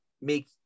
make